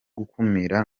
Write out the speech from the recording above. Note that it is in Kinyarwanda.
gukumira